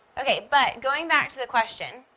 okay, but going back to the question,